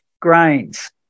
grains